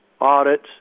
audits